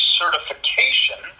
certification